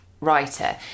writer